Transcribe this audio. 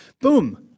Boom